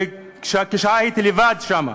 וכשעה הייתי לבד שם.